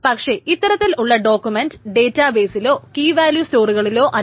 പക്ഷെ ഇത്തരത്തിലുള്ള document data ബെസിലോ കീവാല്യൂ സ്റ്റോറുകളിലൊ അല്ല